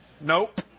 Nope